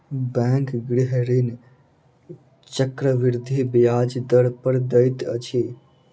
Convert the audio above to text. bank गृह ऋण चक्रवृद्धि ब्याज दर पर दैत अछि